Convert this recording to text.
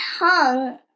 hung